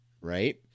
right